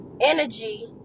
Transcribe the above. energy